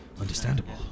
Understandable